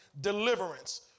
deliverance